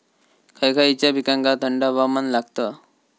खय खयच्या पिकांका थंड हवामान लागतं?